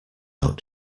out